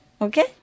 okay